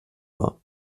war